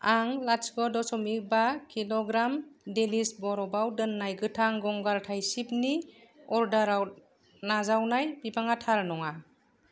आं लाथिख' दस'मिक बा किलग्राम डेलिश बरफआव दोननाय गोथां गंगार थायसिबनि अर्डाराव नाजावनाय बिबाङा थार नङा